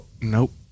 Nope